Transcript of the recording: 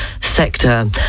sector